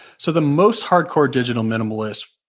so the most hardcore digital minimalists,